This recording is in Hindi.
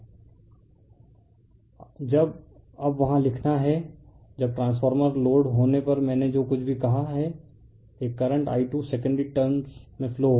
रिफर स्लाइड टाइम 1557 जब अब वहाँ लिखना है जब ट्रांसफॉर्मर लोड होने पर मैंने जो कुछ भी कहा है एक करंट I2 सेकेंडरी टर्नस में फ्लो होगा